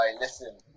listen